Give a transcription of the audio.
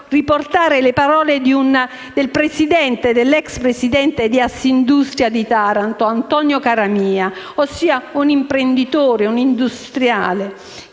riportare le parole dell'ex presidente di Assindustria di Taranto, Antonio Caramia, un imprenditore, un industriale,